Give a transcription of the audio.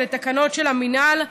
אלה תקנות של המינהל,